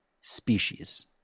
species